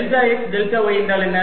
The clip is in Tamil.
டெல்டா x டெல்டா y என்றால் என்ன